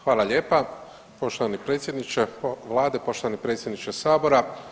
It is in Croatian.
Hvala lijepa poštovani predsjedniče Vlade, poštovani predsjedniče Sabora.